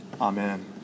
Amen